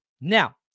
Now